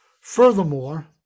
Furthermore